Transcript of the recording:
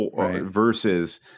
versus